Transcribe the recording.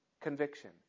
conviction